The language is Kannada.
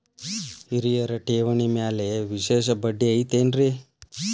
ಹಿರಿಯರ ಠೇವಣಿ ಮ್ಯಾಲೆ ವಿಶೇಷ ಬಡ್ಡಿ ಐತೇನ್ರಿ?